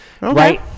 right